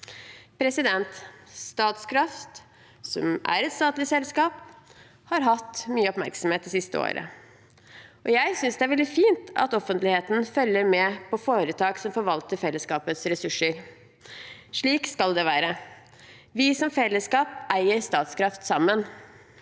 Statkraft, som er et statlig selskap, har fått mye oppmerksomhet det siste året, og jeg synes det er veldig fint at offentligheten følger med på foretak som forvalter fellesskapets ressurser. Slik skal det være. Vi som fellesskap eier Statkraft sammen.